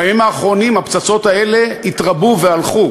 בימים האחרונים הפצצות האלה התרבו והלכו.